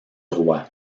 roi